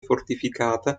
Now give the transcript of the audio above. fortificata